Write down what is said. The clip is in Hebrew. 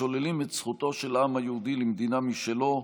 השוללים את זכותו של העם היהודי למדינה משלו,